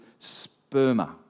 sperma